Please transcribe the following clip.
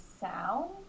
sound